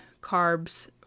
carbs